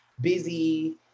busy